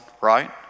right